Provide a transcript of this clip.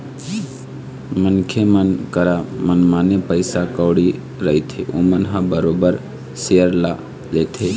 मनखे मन करा मनमाने पइसा कउड़ी रहिथे ओमन ह बरोबर सेयर ल लेथे